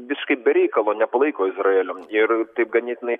visiškai be reikalo nepalaiko izraelio ir ganėtinai